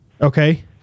Okay